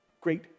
Great